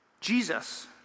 Jesus